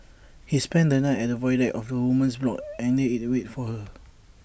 he spent the night at the void deck of the woman's block and lay is wait for her